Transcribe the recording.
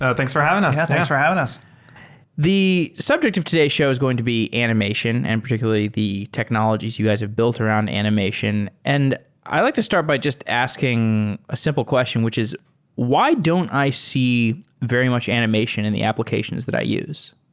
ah thanks for having us yeah, thanks for having us the subject of today's show is going to be animation and particularly the technologies you guys have built around animation. and i like to start by just asking a simple question, which is why don't i see very much animation in the applications that i use?